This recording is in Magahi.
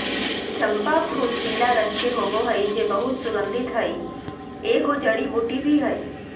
चम्पा फूलपीला रंग के होबे हइ जे बहुत सुगन्धित हइ, एगो जड़ी बूटी भी हइ